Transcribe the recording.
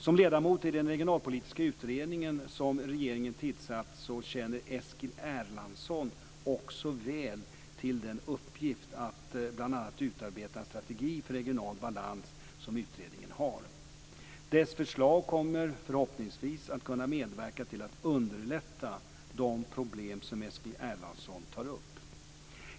Som ledamot i den regionalpolitiska utredning som regeringen tillsatt känner Eskil Erlandsson också väl till den uppgift att bl.a. utarbeta en strategi för regional balans som utredningen har. Dess förslag kommer förhoppningsvis att kunna medverka till att underlätta de problem som Eskil Erlandsson tar upp.